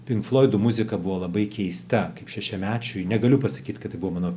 pinkfloidų muzika buvo labai keista kaip šešiamečiui negaliu pasakyt kad tai buvo mano